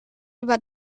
über